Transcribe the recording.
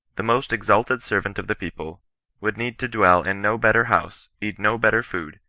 the most exalted servant of the people would need to dwell in no better house, eat no better food,